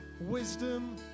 wisdom